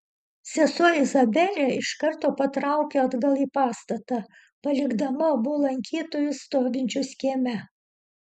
sesuo izabelė iš karto patraukė atgal į pastatą palikdama abu lankytojus stovinčius kieme